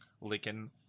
licking